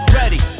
ready